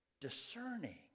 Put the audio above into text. discerning